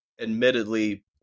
admittedly